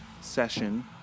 session